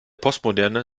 postmoderne